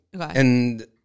and-